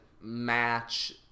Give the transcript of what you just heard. match